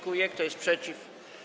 Kto jest przeciw?